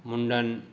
मुण्डन